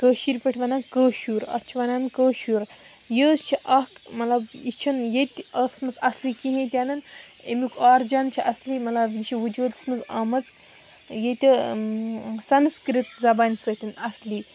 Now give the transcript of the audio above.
کٲشِر پٲٹھۍ وَنان کٲشُر اَتھ چھِ وَنان کٲشُر یہِ حظ چھِ اَکھ مطلب یہِ چھِنہٕ ییٚتہِ ٲسمٕژ اَصلی کِہیٖنۍ تہِ نہٕ اَمیُک آرِجَن چھِ اَصلی مطلب یہِ چھِ وُجوٗدَس منٛز آمٕژ ییٚتہِ سَنسکرت زبانہِ سۭتۍ اَصلی